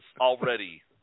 already